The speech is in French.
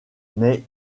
mais